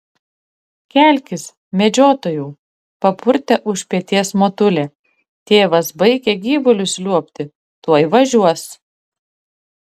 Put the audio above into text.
kelkis medžiotojau papurtė už peties motulė tėvas baigia gyvulius liuobti tuoj važiuos